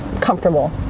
comfortable